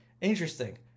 interesting